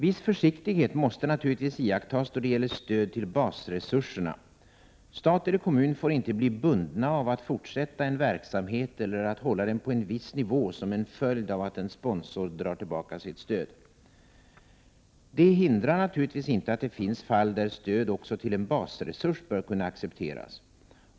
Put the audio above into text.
Viss försiktighet måste naturligtvis iakttas då det gäller stöd till basresurserna. Stat eller kommun får inte bli bundna av att fortsätta en verksamhet eller att hålla den på en viss nivå som en följd av att en sponsor drar tillbaka sitt stöd. Detta hindrar naturligtvis inte att det finns fall där stöd till en basresurs bör kunna accepteras.